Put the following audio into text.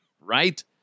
right